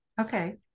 Okay